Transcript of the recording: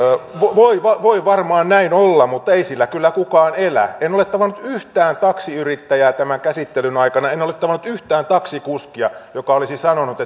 voi voi varmaan näin olla mutta ei sillä kyllä kukaan elä en ole tavannut yhtään taksiyrittäjää tämän käsittelyn aikana en ole tavannut yhtään taksikuskia joka olisi sanonut